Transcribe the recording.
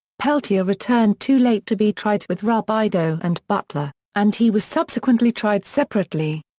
peltier returned too late to be tried with robideau and butler, and he was subsequently tried separately.